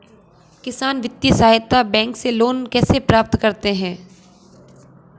किसान वित्तीय सहायता बैंक से लोंन कैसे प्राप्त करते हैं?